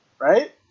Right